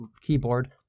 keyboard